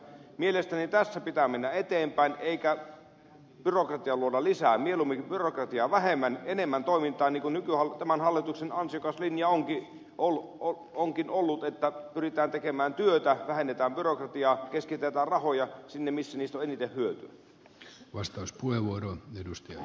mielestäni tässä pitää mennä eteenpäin eikä byrokratiaa luoda lisää mieluummin byrokratiaa vähemmän enemmän toimintaa niin kuin tämän hallituksen ansiokas linja onkin ollut että pyritään tekemään työtä vähennetään byrokratiaa keskitetään rahoja sinne missä niistä on eniten hyötyä